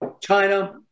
China